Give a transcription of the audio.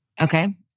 Okay